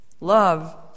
love